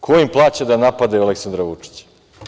Ko im plaća da napadaju Aleksandra Vučića?